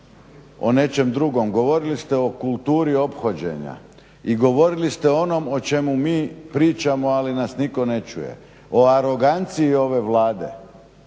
o nečem drugom, govorili ste o kulturi ophođenja i govorili ste o onom o čemu mi pričamo ali nas nitko ne čuje, o aroganciji ove Vlade